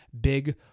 big